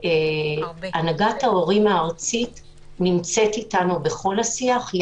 הנהגת ההורים הארצית נמצאת אתנו בכל השיח.